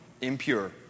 impure